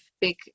big